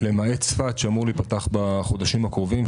למעט צפת, שאמור להיפתח בחודשים הקרובים.